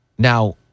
Now